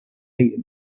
you